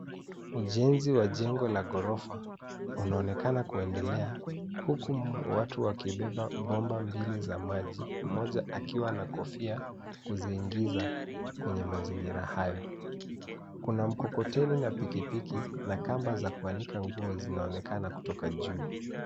Ujenzi wa jengo la gorofa unaonekana kuendelea uku watu wakibeba bomba mbili za maji, mmoja akiwa na kofia kuziingiza kwenye mazingira hayo. Kuna mkokoteni na pikipiki na kamba za kuanika nguo zinaonekana kutoka juu.